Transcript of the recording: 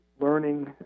learning